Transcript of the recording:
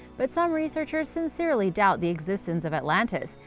but some researchers sincerely doubt the existence of atlantis,